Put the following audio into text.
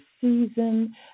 season